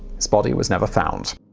his body was never found.